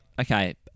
okay